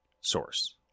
source